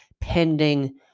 pending